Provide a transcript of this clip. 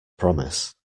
promise